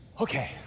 okay